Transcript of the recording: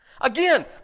Again